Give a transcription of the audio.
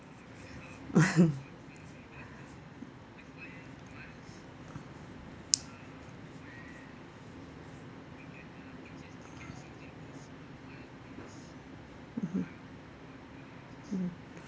mmhmm mm